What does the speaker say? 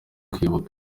kwibuka